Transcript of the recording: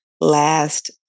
last